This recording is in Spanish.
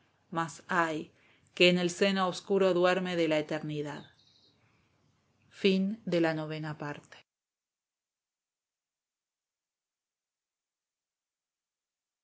mas ay que en el seno oscuro duerme de la eternidad